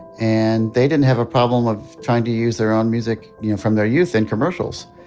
and they didn't have a problem of trying to use their own music from their youth in commercials.